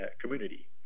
community